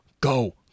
go